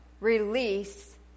release